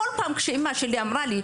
בכל פעם כשאימא שלי סיפרה לי,